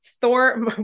Thor